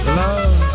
love